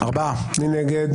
מי נגד?